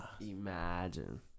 imagine